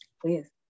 please